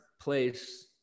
place